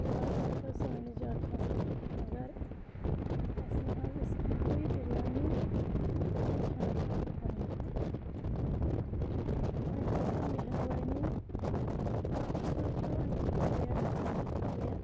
تُہۍ واتنٲوتو سٲنِس جَگہَس پٮ۪ٹھ مگر اَسہِ نہ حظ أسۍ کھٮ۪مہٕ ہو یہِ بِریانی اَسہِ چھِنہٕ کھٮ۪نہٕ خٲطرٕ بانہٕ تہِ کینٛہہ وۄنۍ کٔرۍ تو مہربٲنی اَکھ سوٗزتو اَتہِ پَلیٹ ترٛےٚ